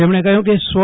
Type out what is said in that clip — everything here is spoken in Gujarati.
તેમણે કહ્યુ કે સ્વ